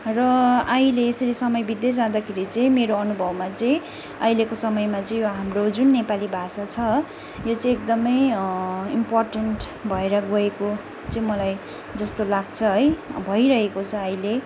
र अहिले यसरी समय बित्दै जाँदाखेरि चाहिँ मेरो अनुभवमा चाहिँ अहिलेको समयमा चाहिँ यो हाम्रो जुन यो नेपाली भाषा छ यो चाहिँ एकदमै इम्पोर्टेन्ट भएर गएको चाहिँ मलाई जस्तो लाग्छ है भइरहेको छ अहिले